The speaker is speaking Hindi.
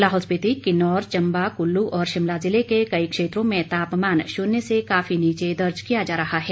लाहौल स्पिति किन्नौर चम्बा कुल्लू और शिमला ज़िले के कई क्षेत्रों में तापमान शून्य से काफी नीचे दर्ज किया जा रहा है